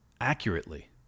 accurately